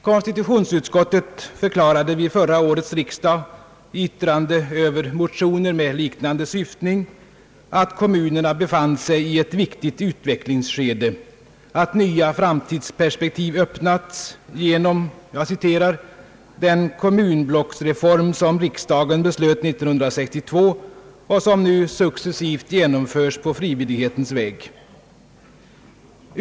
Konstitutionsutskottet förklarade vid förra årets riksdag i yttrande över motioner med liknande syftning, att kommunerna befann sig i ett viktigt utvecklingsskede, att nya framtidsperspektiv öppnats genom »den kommunblocksreform som riksdagen beslöt 1962 och som nu successivt genomförs på frivillighetens väg».